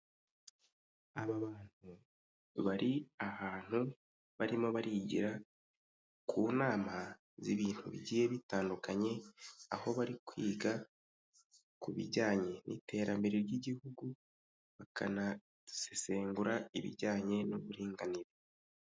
Aba bantu bari ahantu barimo barigira ku nama z'ibintu bigiye bitandukanye, aho bari kwiga ku bijyanye n'iterambere ry'igihugu bakanasesengura ibijyanye n'uburinganire.